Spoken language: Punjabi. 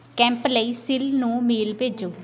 ਕੈਂਪ ਲਈ ਸਿੱਲ ਨੂੰ ਮੇਲ ਭੇਜੋ